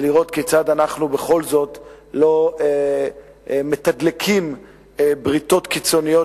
ולראות כיצד אנחנו בכל זאת לא מתדלקים בריתות קיצוניות